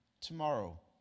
tomorrow